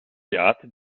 beate